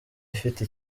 ifite